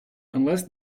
unless